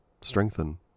strengthen